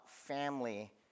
family